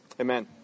Amen